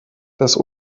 das